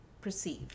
perceive